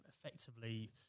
effectively